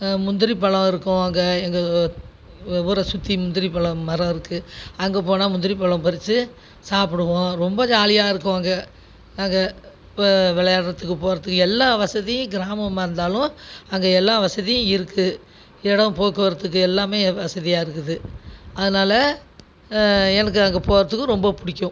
முந்திரி பழோ இருக்கும் அங்கே எங்கள் ஊரை சுற்றி முந்திரி பழம் மரமிருக்கு அங்கே போனால் முந்திரி பழம் பறித்து சாப்பிடுவோம் ரொம்ப ஜாலியாக இருக்கும் அங்கே அங்கே வே விளையாடுறதுக்கு போகிறதுக்கு எல்லாம் வசதி கிராமமாக இருந்தாலும் அங்கே எல்லா வசதி இருக்கு இடோம் போக்குவரத்துக்கு எல்லாமே வசதியாக இருக்குது அதனால எனக்கு அங்கே போகிறதுக்கு ரொம்ப பிடிக்கும்